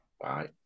Bye